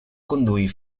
conduir